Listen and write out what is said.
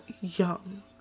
young